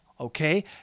okay